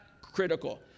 critical